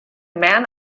man